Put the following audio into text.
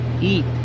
eat